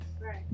right